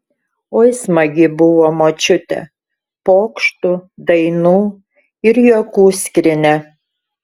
oi smagi buvo močiutė pokštų dainų ir juokų skrynia